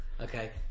Okay